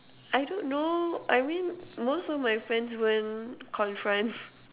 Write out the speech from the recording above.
I don't know I mean most of my friends won't confront